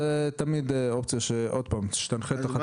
זו תמיד אופציה, שתנחה את החטיבה להתיישבות.